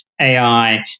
AI